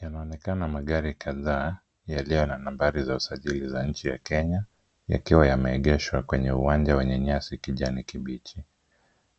Yanaonekana magari kadhaa yaliyo na nambari za usajili za nchi ya Kenya yakiwa yameegeshwa kwenye uwanja wenye nyasi ya kijani kibichi.